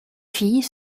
filles